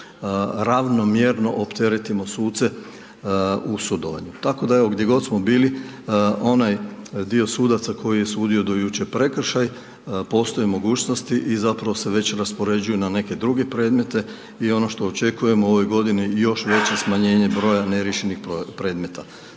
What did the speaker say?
ravnomjerno opteretimo suce u sudovanju. Tako da evo, gdje god smo bili, onaj dio sudaca koji je sudio do jučer prekršaj, postoje mogućnosti i zapravo se već raspoređuju na neke druge predmete i ono što očekujemo u ovoj godini, još veće smanjenje broja neriješenih predmeta.